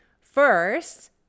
First